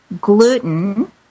gluten